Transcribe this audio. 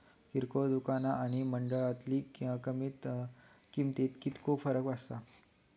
किरकोळ दुकाना आणि मंडळीतल्या किमतीत कितको फरक असता?